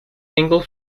single